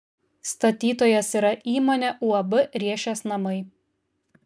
statytojas yra įmonė uab riešės namai